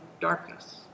darkness